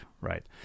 right